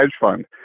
fund